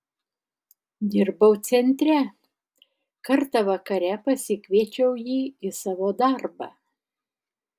dirbau centre kartą vakare pasikviečiau jį į savo darbą